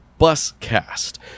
Buscast